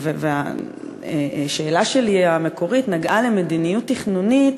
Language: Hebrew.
השאלה המקורית שלי נגעה למדיניות תכנונית